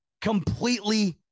completely